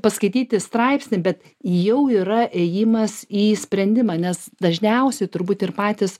paskaityti straipsnį bet jau yra ėjimas į sprendimą nes dažniausiai turbūt ir patys